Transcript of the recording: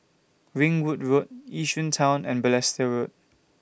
Ringwood Road Yishun Town and Balestier Road